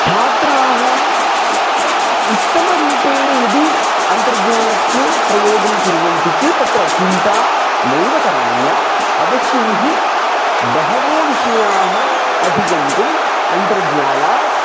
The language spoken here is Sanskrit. छात्राः उत्तमरूपेण यदि अन्तर्जालस्य प्रयोगं कुर्वन्ति चेत् तत्र चिन्ता नैव करणीया अवश्यं हि बहवो विषयाः अधिगन्तुम् अन्तर्जालात्